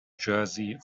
jersey